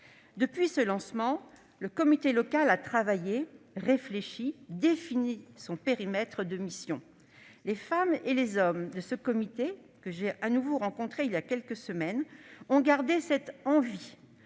Depuis son lancement, le comité local a travaillé, réfléchi, défini son périmètre de mission. Les femmes et les hommes qui le constituent, que j'ai de nouveau rencontrés voilà quelques semaines, ont gardé cette envie.